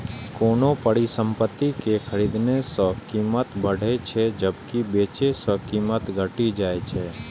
कोनो परिसंपत्ति कें खरीदने सं कीमत बढ़ै छै, जबकि बेचै सं कीमत घटि जाइ छै